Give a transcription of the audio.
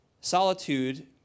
Solitude